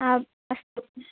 आम् अस्तु